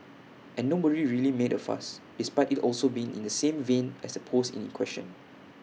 and nobody really made A fuss despite IT also being in the same vein as the post in question